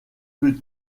plus